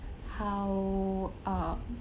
how uh